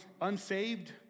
unsaved